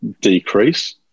decrease